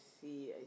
see